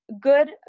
good